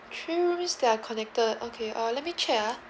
twin room is their connector okay uh let me check ah